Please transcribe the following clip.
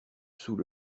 sous